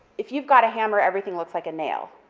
if you've got a hammer, everything looks like a nail,